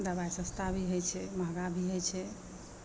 दबाइ सस्ता भी होइ छै महगा भी होइ छै